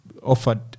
offered